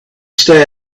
stay